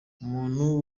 umuntu